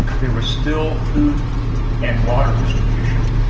there was still food and water distribution.